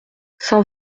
saint